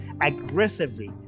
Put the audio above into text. aggressively